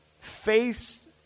face